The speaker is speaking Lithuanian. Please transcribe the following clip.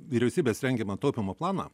vyriausybės rengiamą taupymo planą